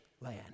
land